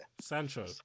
Sancho